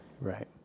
Right